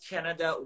Canada